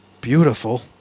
beautiful